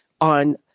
on